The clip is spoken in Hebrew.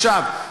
עכשיו,